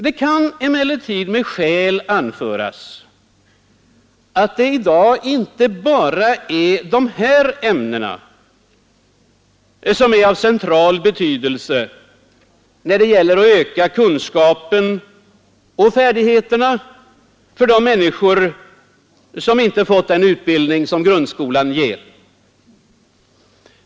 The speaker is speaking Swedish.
Det kan emellertid med skäl anföras att det i dag inte bara är de här ämnena som är av central betydelse när det gäller att öka kunskaperna och färdigheterna hos de människor som inte fått den utbildning som grundskolan ger.